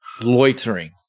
loitering